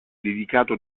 dedicato